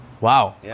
Wow